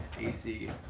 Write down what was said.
ac